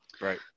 right